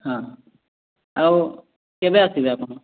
ହଁ ଆଉ କେବେ ଆସିବେ ଆପଣ